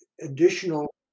additional